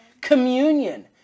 Communion